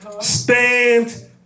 Stand